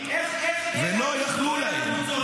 ולא יכלו להם.